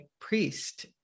priest